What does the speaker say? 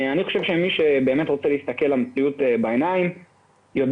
מי שבאמת רוצה להסתכל למציאות בעיניים יודע